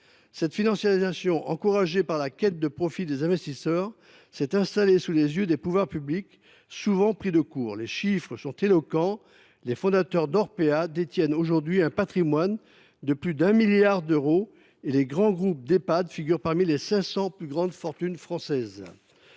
Cette financiarisation, encouragée par la quête de profit des investisseurs, s’est installée sous les yeux des pouvoirs publics, souvent pris de court. Les chiffres sont éloquents : les fondateurs d’Orpea détiennent aujourd’hui un patrimoine de plus de 1 milliard d’euros et les grands groupes d’Ehpad figurent parmi les 500 plus grandes fortunes françaises.